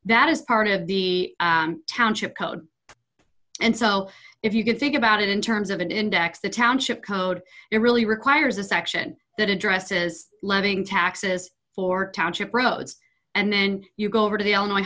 that is part of the township code and so if you can think about it in terms of an index the township code it really requires a section that addresses living taxes for township roads and then you go over to the on